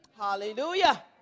Hallelujah